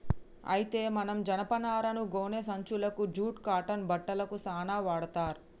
అయితే మనం జనపనారను గోనే సంచులకు జూట్ కాటన్ బట్టలకు సాన వాడ్తర్